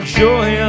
joy